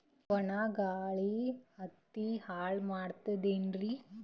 ಒಣಾ ಗಾಳಿ ಹತ್ತಿ ಹಾಳ ಮಾಡತದೇನ್ರಿ?